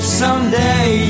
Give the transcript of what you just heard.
Someday